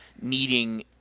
needing